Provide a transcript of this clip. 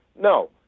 No